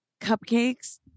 cupcakes